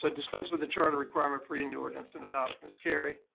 so dispense with the charter requirement for reading the ordinance and adopt. ms. carry.